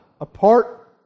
Apart